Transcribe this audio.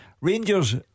Rangers